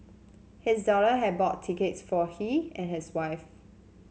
his daughter had bought tickets for he and his wife